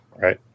right